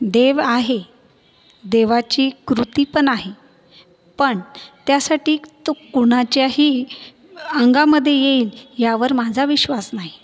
देव आहे देवाची कृती पण आहे पण त्यासाठी तो कोणाच्याही अंगामध्ये येईल यावर माझा विश्वास नाही